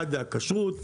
הכשרות,